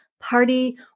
party